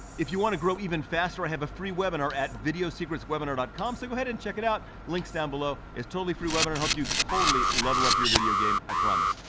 if you wanna grow even faster, i have a free webinar at videosecretswebinar dot com so go ahead and check it out. link's down below is totally free webinar help you totally level up your video game, i promise.